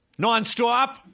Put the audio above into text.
Nonstop